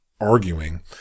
arguing